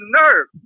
nerve